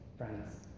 friends